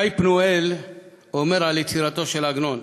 ש"י פנואלי אומר על יצירתו של עגנון: